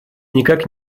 никак